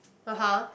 (uh huh)